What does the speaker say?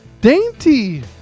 Dainty